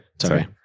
sorry